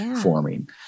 forming